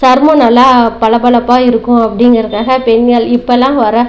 சர்மம் நல்லா பலபலப்பா இருக்கும் அப்படிங்கறதுக்காக பெண்கள் இப்போலாம் வர